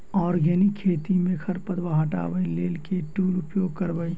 Organic खेती मे खरपतवार हटाबै लेल केँ टूल उपयोग करबै?